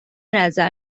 نظر